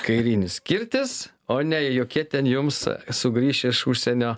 kairinis kirtis o ne jokie ten jums sugrįš iš užsienio